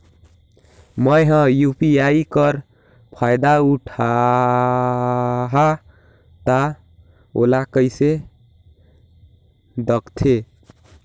मैं ह यू.पी.आई कर फायदा उठाहा ता ओला कइसे दखथे?